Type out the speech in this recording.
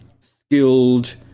skilled